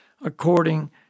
according